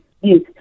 Yes